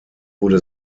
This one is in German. wurde